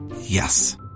Yes